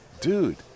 dude